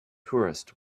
tourists